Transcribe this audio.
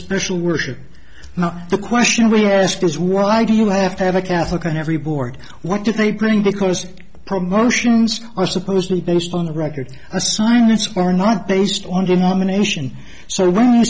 special worship now the question we have asked is why do you have to have a catholic on every board what do they bring because promotions are supposed to be based on the record assignments or not based on the nomination so